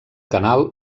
canal